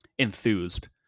enthused